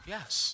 Yes